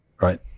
right